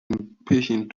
impatient